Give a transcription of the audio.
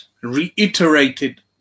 reiterated